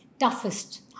Toughest